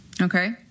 Okay